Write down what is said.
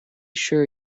sure